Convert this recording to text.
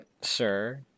sir